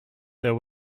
there